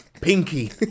Pinky